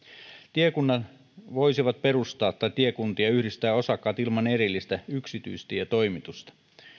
tiekunnat voisivat perustaa ja tiekuntia yhdistää osakkaat ilman erillistä yksityistietoimitusta